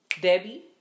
debbie